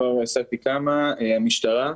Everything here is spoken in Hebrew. כבר השגתי כמה: המשטרה,